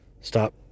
Stop